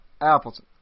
Appleton